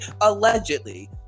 allegedly